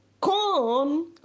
Corn